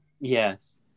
Yes